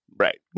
right